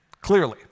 clearly